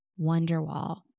Wonderwall